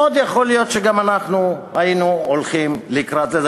מאוד יכול להיות שגם אנחנו היינו הולכים לקראת זה.